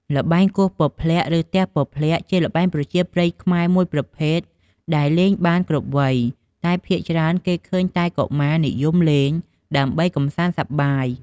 ល្បែងគោះពព្លាក់ ឬទះពព្លាក់ ជាល្បែងប្រជាប្រិយខ្មែរមួយប្រភេទដែលលេងបានគ្រប់វ័យ តែភាគច្រើនគេឃើញតែកុមារ និយមលេងដើម្បីកម្សាន្តសប្បាយ។